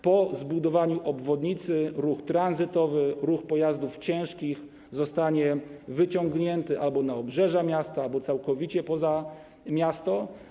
Po zbudowaniu obwodnicy ruch tranzytowy, ruch pojazdów ciężkich zostanie wyciągnięty albo na obrzeża miasta, albo całkowicie poza miasto.